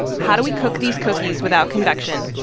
how do we cook these cookies without convection?